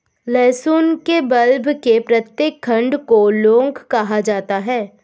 लहसुन के बल्ब के प्रत्येक खंड को लौंग कहा जाता है